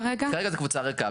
כרגע זו קבוצה ריקה.